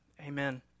Amen